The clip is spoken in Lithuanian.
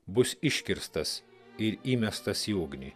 bus iškirstas ir įmestas į ugnį